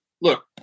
Look